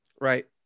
Right